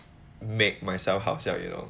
make myself 好笑 you know